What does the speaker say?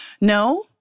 No